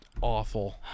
awful